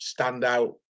standout